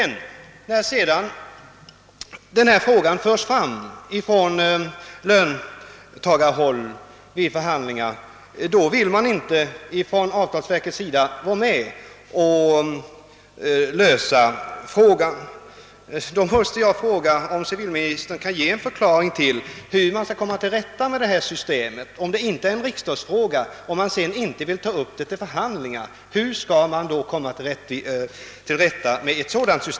När sedan denna fråga förs fram från löntagarhåll vid förhandlingar vill avtalsverket inte vara med om att lösa frågan.